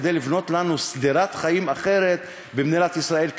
כדי לבנות לנו שדרת חיים אחרת במדינת ישראל,